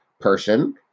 person